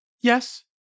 Yes